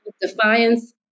defiance